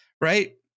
right